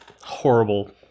horrible